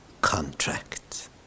contract